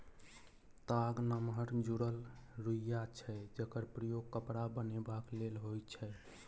ताग नमहर जुरल रुइया छै जकर प्रयोग कपड़ा बनेबाक लेल होइ छै